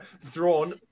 Thrawn